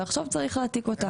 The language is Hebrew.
ועכשיו צריך להעתיק אותה.